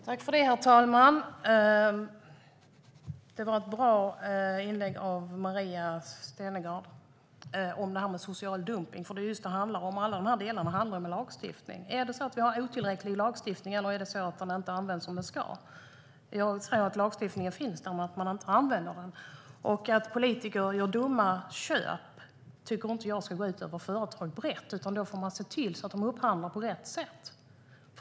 Herr talman! Det var ett bra inlägg från Maria Malmer Stenergard om social dumpning. Alla dessa delar handlar om lagstiftning. Har vi otillräcklig lagstiftning, eller används den inte som den ska? Jag tror att lagstiftningen finns där men att man inte använder den. Att politiker gör dumma köp tycker jag inte ska gå ut över företag brett, utan då får man se till att de upphandlar på rätt sätt.